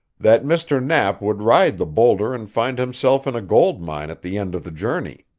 that mr. knapp would ride the boulder and find himself in a gold mine at the end of the journey.